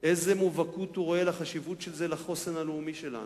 איזו מובהקות הוא רואה בחשיבות של החינוך לחוסן הלאומי שלנו.